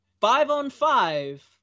five-on-five